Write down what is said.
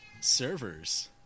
servers